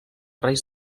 reis